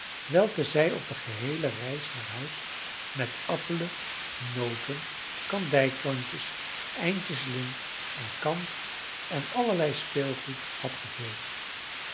welken zij op de geheele reis naar huis met appelen noten kandijklontjes eindjes lint en kant en allerlei speelgoed had gevuld